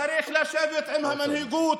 צריך לשבת עם המנהיגות,